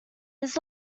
his